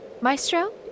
Maestro